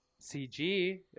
CG